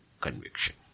conviction